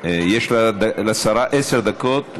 יש לשרה עשר דקות,